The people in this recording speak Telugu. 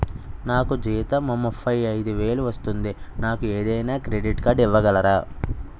నాకు జీతం ముప్పై ఐదు వేలు వస్తుంది నాకు ఏదైనా క్రెడిట్ కార్డ్ ఇవ్వగలరా?